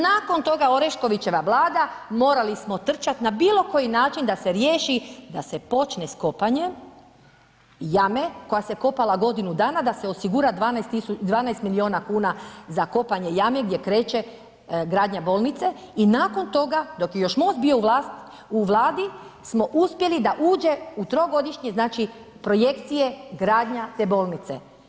Nakon toga Oreškovićeva Vlada morali smo trčat na bilo koji način da se riješi, da se počne s kopanjem jame koja se kopala godinu dana da se osigura 12 milijuna kuna za kopanje jame gdje kreće gradnja bolnice i nakon toga dok je još MOST bio u Vladi smo uspjeli da uđe u trogodišnji znači projekcije gradnja te bolnice.